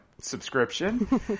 subscription